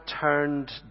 turned